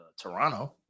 toronto